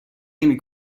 نمی